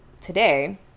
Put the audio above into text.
today